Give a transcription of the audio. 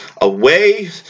Away